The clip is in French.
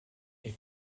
est